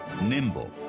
Nimble